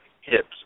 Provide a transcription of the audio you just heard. hips